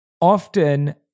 Often